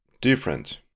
different